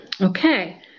Okay